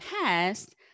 past